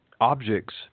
objects